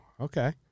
Okay